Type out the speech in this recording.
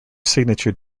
signature